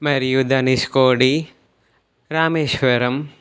మరియు ధనుష్కోటి రామేశ్వరం